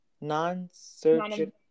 non-surgical